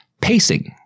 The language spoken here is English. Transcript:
pacing